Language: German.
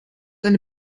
eine